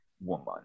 woman